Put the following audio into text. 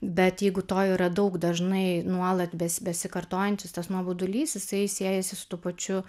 bet jeigu to yra daug dažnai nuolat be besikartojantis tas nuobodulys jisai siejasi su tuo pačiu